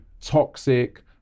toxic